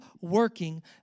working